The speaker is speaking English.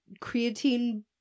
Creatine